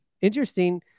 interesting